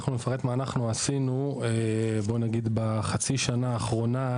אנחנו נפרט מה אנחנו עשינו בוא נגיד בחצי השנה האחרונה.